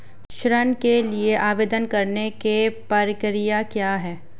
ऋण के लिए आवेदन करने की प्रक्रिया क्या है?